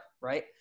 right